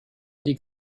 die